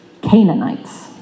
Canaanites